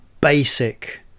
basic